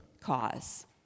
cause